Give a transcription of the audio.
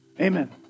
Amen